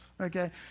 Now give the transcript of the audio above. Okay